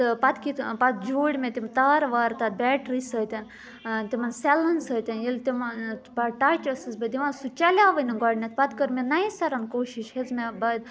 تہٕ پَتہٕ کِتھٕ پَتہٕ جوٗڑۍ مےٚ تِم تار وارٕ تَتھ بیٹری سۭتٮ۪ن تِمَن سیلَن سۭتٮ۪ن ییٚلہِ تِمَن پَتہٕ ٹَچ ٲسٕس بہٕ دِوان سُہ چَلاوٕے نہٕ گۄڈٕنٮ۪تھ پَتہٕ کٔر مےٚ نَیہِ سَرَن کوٗشِش ہیٚژ مےٚ